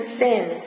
sin